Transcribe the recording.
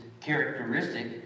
characteristic